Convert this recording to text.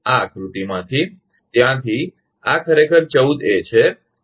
આ આકૃતિમાંથી ત્યાંથી આ ખરેખર 14 એ છે